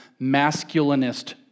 masculinist